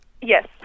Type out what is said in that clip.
Yes